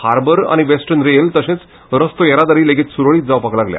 हार्बर आनी western rail तशेंच रस्तो येरादारी लेगीत सूरळीत जावपाक लागल्या